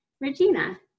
Regina